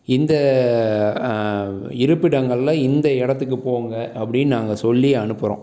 இந்த இருப்பிடங்களில் இந்த இடத்துக்கு போங்க அப்படின்னு நாங்கள் சொல்லி அனுப்புறோம்